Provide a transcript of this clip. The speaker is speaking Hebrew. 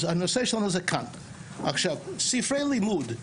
ספרי לימוד,